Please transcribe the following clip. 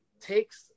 takes